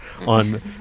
on